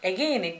Again